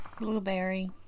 blueberry